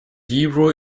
hebrew